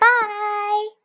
Bye